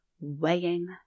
weighing